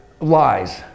lies